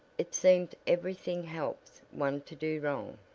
it seems every thing helps one to do wrong.